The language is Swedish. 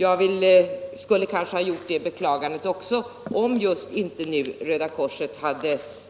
Jag skulle också ha gjort det beklagandet, om inte Röda korset